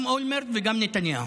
גם אולמרט וגם נתניהו.